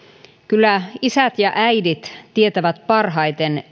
kyllä isät ja äidit tietävät parhaiten